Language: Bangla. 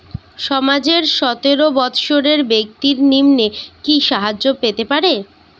সমাজের সতেরো বৎসরের ব্যাক্তির নিম্নে কি সাহায্য পেতে পারে?